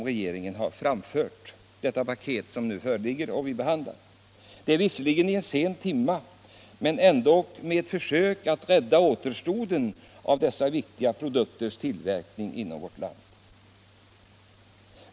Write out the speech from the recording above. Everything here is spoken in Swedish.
Visserligen kommer det sent, men det är ändå ett försök att rädda återstoden av tekoindustrin för att fortsätta tillverkning av dess viktiga produkter inom vårt land.